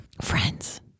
Friends